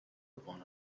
upon